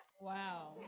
Wow